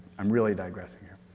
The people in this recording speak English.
i'm really digressing here.